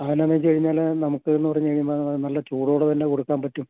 ആ എന്താണെന്ന് വെച്ച് കഴിഞ്ഞാൽ നമുക്ക് എന്ന് പറഞ്ഞ് കഴിയുമ്പോൾ നല്ല ചൂടോടെ തന്നെ കൊടുക്കാന് പറ്റും